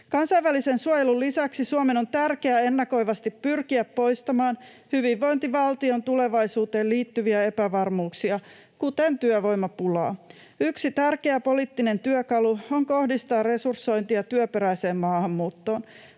Kansainvälisen suojelun lisäksi Suomen on tärkeää ennakoivasti pyrkiä poistamaan hyvinvointivaltion tulevaisuuteen liittyviä epävarmuuksia, kuten työvoimapulaa. Yksi tärkeä poliittinen työkalu on kohdistaa resursointia työperäiseen maahanmuuttoon.